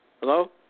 Hello